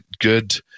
good